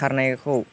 खारनायखौ